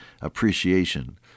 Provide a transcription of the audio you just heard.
appreciation